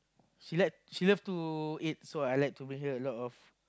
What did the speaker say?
she like she love to eat so I like to bring her a lot of